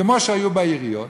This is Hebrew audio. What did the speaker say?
כמו שהיו בעיריות,